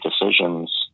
decisions